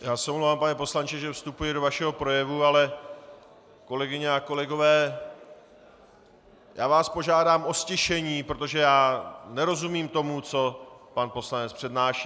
Já se omlouvám, pane poslanče, že vstupuji do vašeho projevu, ale kolegyně a kolegové, já vás požádám o ztišení, protože nerozumím tomu, co pan poslanec přednáší.